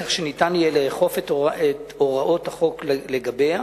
כך שניתן יהיה לאכוף את הוראות החוק לגביה,